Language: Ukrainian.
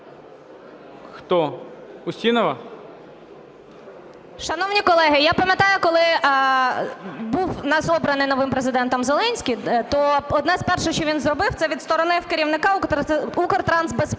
УСТІНОВА О.Ю. Шановні колеги, я пам'ятаю, коли був у нас обраний новим Президентом Зеленський, то одне з перших що він зробив, це відсторонив керівника Укртрансбезпеки.